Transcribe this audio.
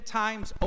times